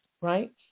right